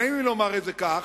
נעים לי לומר את זה כך,